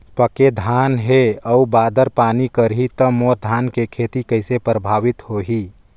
पके धान हे अउ बादर पानी करही त मोर धान के खेती कइसे प्रभावित होही?